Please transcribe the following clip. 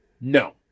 no